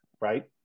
right